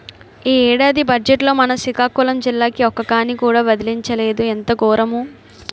ఈ ఏడాది బజ్జెట్లో మన సికాకులం జిల్లాకి ఒక్క కానీ కూడా విదిలించలేదు ఎంత గోరము